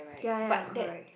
ya ya correct